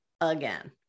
again